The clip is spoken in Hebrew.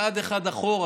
צעד אחד אחורה,